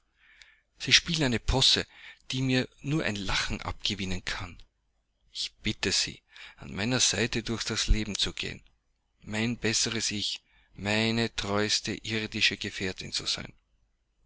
sie spielen eine posse die mir nur ein lachen abgewinnen kann ich bitte sie an meiner seite durch das leben zu gehen mein besseres ich meine treuste irdische gefährtin zu sein